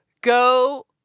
Go